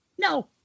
No